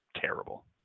terrible